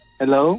hello